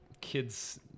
kids